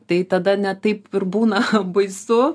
tai tada ne taip ir būna baisu